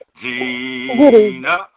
Gina